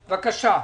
בבקשה.